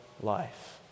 life